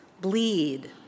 bleed